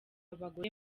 abagore